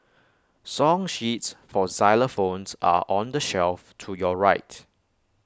song sheets for xylophones are on the shelf to your right